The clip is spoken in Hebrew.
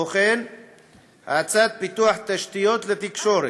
האצת פיתוח תשתיות ותקשורת,